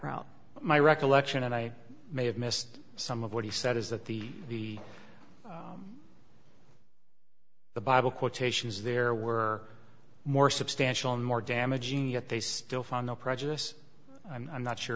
route my recollection and i may have missed some of what he said is that the the bible quotations there were more substantial more damaging yet they still found no prejudice and i'm not sure